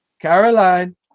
Caroline